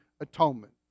atonement